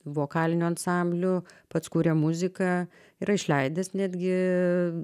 vokalinių ansamblių pats kuria muziką yra išleidęs netgi